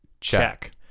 Check